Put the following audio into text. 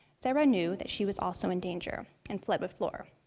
sayra knew that she was also in danger, and fled with flor.